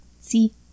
see